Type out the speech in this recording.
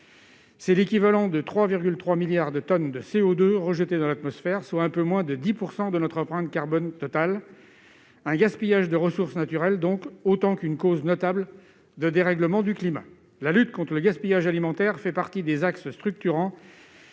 C'est l'équivalent de 3,3 milliards de tonnes de CO2 rejetées dans l'atmosphère, soit un peu moins de 10 % de notre empreinte carbone totale. Il s'agit d'un gaspillage de ressources naturelles autant qu'une cause notable de dérèglement du climat. La lutte contre le gaspillage alimentaire fait partie des axes structurants